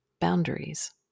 boundaries